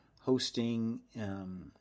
hosting